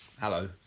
Hello